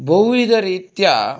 बहुविधरीत्या